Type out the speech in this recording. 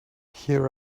here